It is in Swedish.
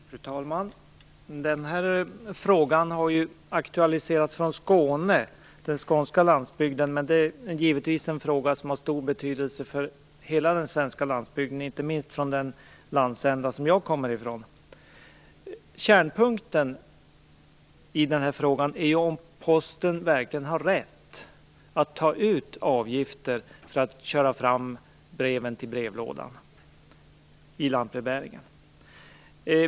Fru talman! Den här frågan har aktualiserats från Skåne och den skånska landsbygden. Men det är givetvis en fråga som har stor betydelse för hela den svenska landsbygden, inte minst i den landsända som jag kommer ifrån. Kärnpunkten i frågan är om Posten verkligen har rätt att i lantbrevbäringen ta ut avgifter för att köra fram breven till brevlådan.